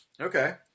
Okay